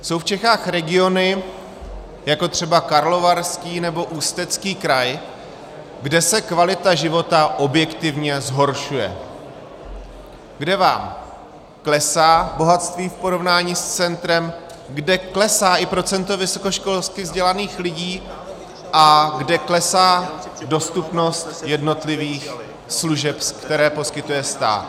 Jsou v Čechách regiony, jako třeba Karlovarský nebo Ústecký kraj, kde se kvalita života objektivně zhoršuje, kde klesá bohatství v porovnání s centrem, kde klesá i procento vysokoškolsky vzdělaných lidí a kde klesá dostupnost jednotlivých služeb, které poskytuje stát.